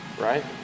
right